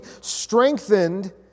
strengthened